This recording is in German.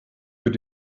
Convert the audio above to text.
wird